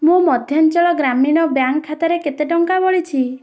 ମୋ ମଧ୍ୟାଞ୍ଚଳ ଗ୍ରାମୀଣ ବ୍ୟାଙ୍କ୍ ଖାତାରେ କେତେ ଟଙ୍କା ବଳିଛି